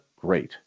great